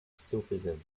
sufism